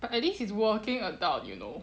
but at least he's working adult you know